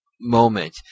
moment